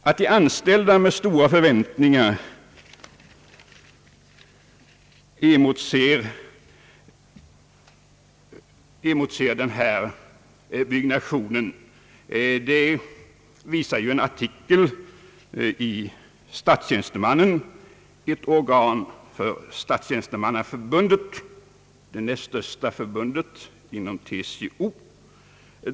Att de anställda med stora förväntningar emotser den aktuella byggnationen visar en artikel i Statstjänstemannen, ett organ för Statstjänstemannaförbundet, som är det näst största förbundet inom TCO.